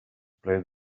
played